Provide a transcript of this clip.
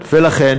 לכן